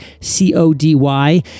C-O-D-Y